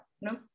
No